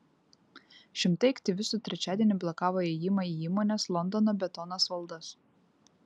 šimtai aktyvistų trečiadienį blokavo įėjimą į įmonės londono betonas valdas